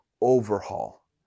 overhaul